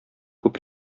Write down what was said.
күп